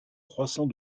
croissant